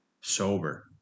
sober